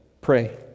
pray